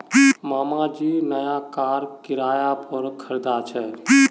मामा जी नया कार किराय पोर खरीदा छे